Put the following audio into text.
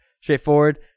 Straightforward